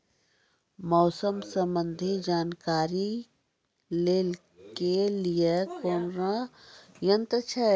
मौसम संबंधी जानकारी ले के लिए कोनोर यन्त्र छ?